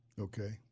Okay